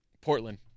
Portland